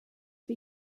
for